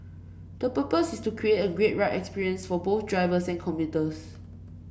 the purpose is to create a great ride experience for both drivers and commuters